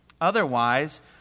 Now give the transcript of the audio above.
Otherwise